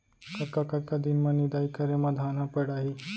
कतका कतका दिन म निदाई करे म धान ह पेड़ाही?